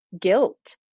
guilt